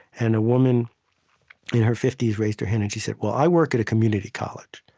and a woman in her fifty s raised her hand and she said, well, i work at a community college,